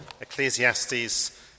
Ecclesiastes